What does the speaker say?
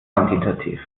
quantitativ